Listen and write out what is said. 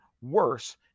worse